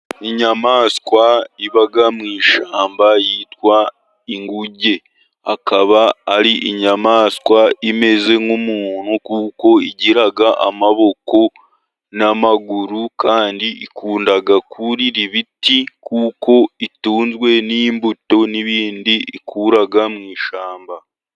Inyamaswa iba mu ishyamba yitwa inguge. Ikaba ari inyamaswa imeze nk'umuntu, kuko igira amaboko n'amaguru kandi ikunda kurira ibiti, kuko itunzwe n'imbuto n'ibindi ikura mu ishyamba.